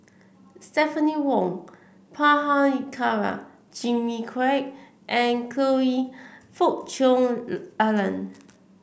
Stephanie Wong Prabhakara Jimmy Quek and Choe Fook Cheong Alan